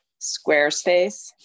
Squarespace